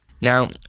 now